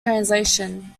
translation